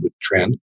trend